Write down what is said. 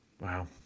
Wow